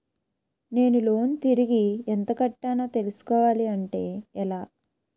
నేను లోన్ తిరిగి ఎంత కట్టానో తెలుసుకోవాలి అంటే ఎలా?